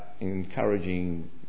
encouraging